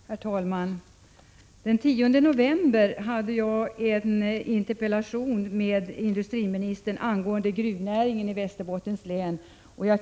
Herr talman! Den 10 november hade jag en interpellationsdebatt med industriministern angående gruvnäringen i Västerbottens län.